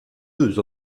deux